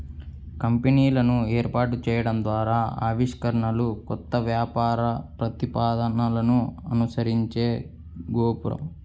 కంపెనీలను ఏర్పాటు చేయడం ద్వారా ఆవిష్కరణలు, కొత్త వ్యాపార ప్రతిపాదనలను అనుసరించే గోపురం